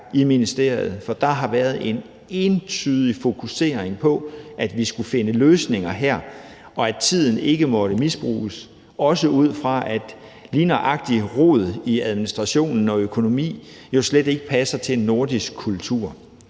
ministeriet, for der har der været en entydig fokusering på, at vi skulle finde løsninger her, og at tiden ikke måtte misbruges, også fordi lige nøjagtig rod i administrationen og økonomien jo slet ikke passer til en nordisk kultur.